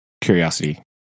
Curiosity